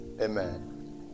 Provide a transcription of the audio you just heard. Amen